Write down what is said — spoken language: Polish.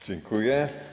Dziękuję.